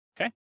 okay